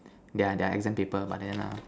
their their exam paper but then ah